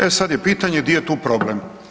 E sad je pitanje gdje je tu problem?